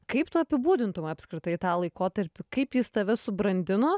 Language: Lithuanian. kaip tu apibūdintum apskritai tą laikotarpį kaip jis tave subrandino